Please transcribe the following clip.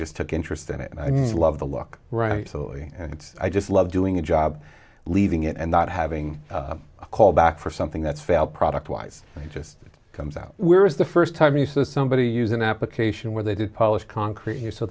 just took interest in it and i love the look right so early and i just love doing a job leaving it and not having a call back for something that's failed product wise it just comes out where is the first time you saw somebody use an application where they did polish concrete here so